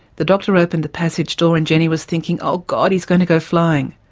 the doctor opened the passage door and jenny was thinking oh god, he's gonna go flying'.